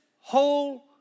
whole